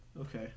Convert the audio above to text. Okay